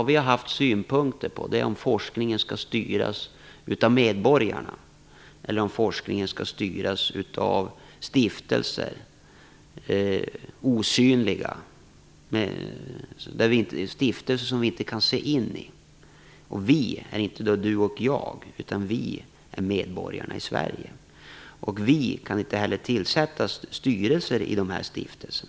Vi har haft synpunkter på om forskningen skall styras av medborgarna eller av stiftelser som vi inte har någon insyn i. Vi är då inte Ulf Melin och jag, utan vi är medborgarna i Sverige. Vi kan inte heller tillsätta styrelser i dessa stiftelser.